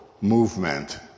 movement